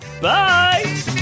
Bye